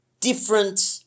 different